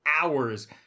hours